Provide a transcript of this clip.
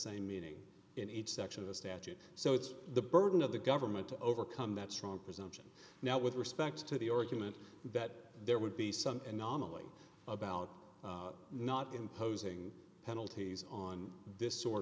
same meaning in each section of the statute so it's the burden of the government to overcome that strong presumption now with respect to the organ meant that there would be some anomaly about not imposing penalties on this sort